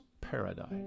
paradise